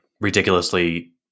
ridiculously